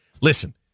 listen